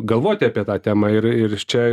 galvoti apie tą temą ir ir iš čia